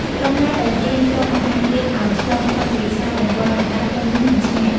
ក្រុមណាដែលទាញក្រុមម្ខាងទៀតឲ្យឆ្លងផុតពីខ្សែបន្ទាត់កណ្ដាល ក្រុមនោះនឹងឈ្នះ។